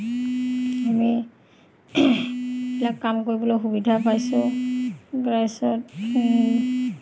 আমি এইবিলাক কাম কৰিবলৈ সুবিধা পাইছোঁ তাৰ পিছত